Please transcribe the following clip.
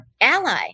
ally